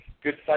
good